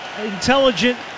intelligent